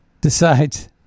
decides